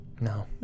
No